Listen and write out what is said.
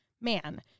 man